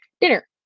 dinner